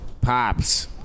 Pops